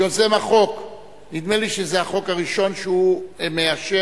אני קובע שהצעת חוק הבחירות (דרכי תעמולה)